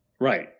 Right